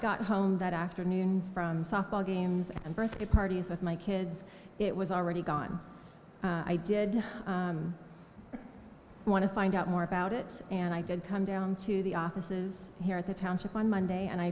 got home that afternoon from softball games and birthday parties with my kids it was already gone i did want to find out more about it and i did come down to the offices here at the township on monday and i